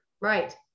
Right